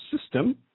system